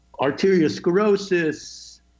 arteriosclerosis